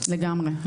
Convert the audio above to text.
לגמרי.